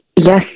Yes